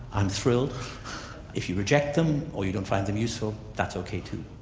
i'm thrilled if you reject them or you don't find them useful, that's ok too.